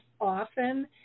often